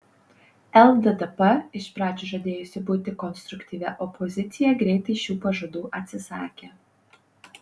lddp iš pradžių žadėjusi būti konstruktyvia opozicija greitai šių pažadų atsisakė